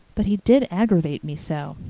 but he did aggravate me so.